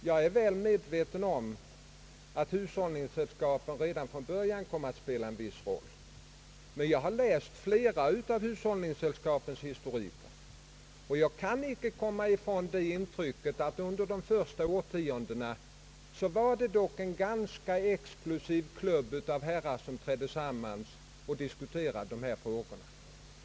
Jag är väl medveten om att hushållningssällskapen redan från början kom att spela en viss roll. Jag har läst en stor del av hushållningssällskapens historik, och jag kan inte komma ifrån det intrycket att de under de första årtiondena utgjorde en ganska exklusiv klubb av herrar som trädde samman och diskuterade olika frågor.